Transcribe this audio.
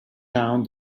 down